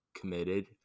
committed